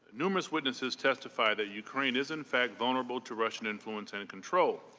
numerous witnesses testified that ukraine is in fact vulnerable to russian influence and control.